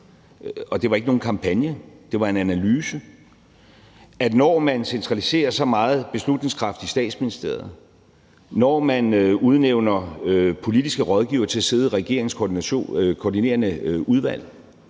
Og det var ikke nogen kampagne. Det var en analyse. For når man centraliserer så meget beslutningskraft i Statsministeriet; når man udnævner politiske rådgivere til at sidde i regeringens koordinerende udvalg;